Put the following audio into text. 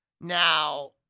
Now